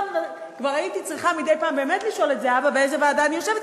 כבר הייתי צריכה מדי פעם באמת לשאול את זהבה באיזו ועדה אני יושבת,